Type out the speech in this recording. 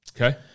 okay